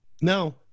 no